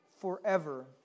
forever